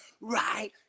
right